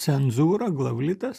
cenzūra glavlitas